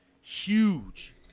Huge